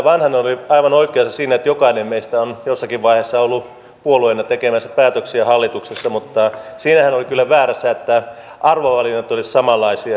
edustaja vanhanen oli aivan oikeassa siinä että jokainen meistä on jossakin vaiheessa ollut puolueena tekemässä päätöksiä hallituksessa mutta siinä hän oli kyllä väärässä että arvovalinnat olisivat samanlaisia